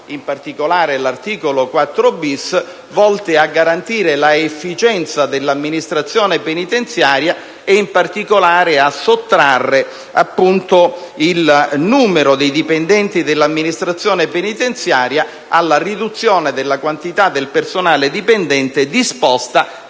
(in particolare l'articolo 4-*bis*), volte a garantire l'efficienza dell'amministrazione penitenziaria e, in particolare, a sottrarre il numero di dipendenti dell'amministrazione penitenziaria alla riduzione della quantità del personale dipendente prevista